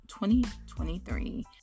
2023